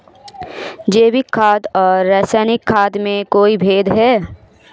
जैविक खाद और रासायनिक खाद में कोई भेद है?